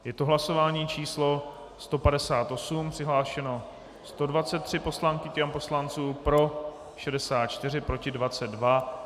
Je to hlasování číslo 158, přihlášeno 123 poslankyň a poslanců, pro 64, proti 22.